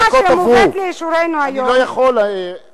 ההצעה שמובאת לאישורנו היום, אני לא יכול, צלצלנו.